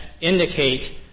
indicates